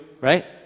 right